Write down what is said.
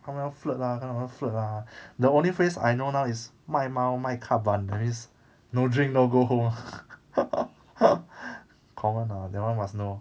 他们要 flirt lah 他们要 flirt lah the only phrase I know now is mi mea mi klab ban that means no drink no go home common lah that one must know